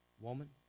woman